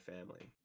Family